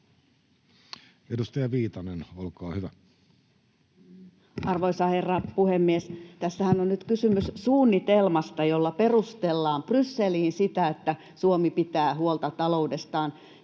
14:15 Content: Arvoisa herra puhemies! Tässähän on nyt kysymys suunnitelmasta, jolla perustellaan Brysseliin sitä, että Suomi pitää huolta taloudestaan,